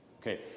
Okay